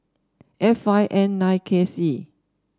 F five N nine K C